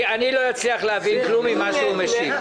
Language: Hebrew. אני לא אצליח להבין כלום ממה שהוא משיב.